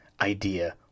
idea